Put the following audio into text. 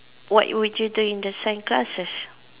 what would you do in the science classes